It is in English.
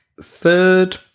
third